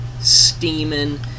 steaming